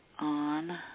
on